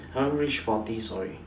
haven't reach forties sorry